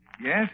Yes